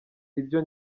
ibyo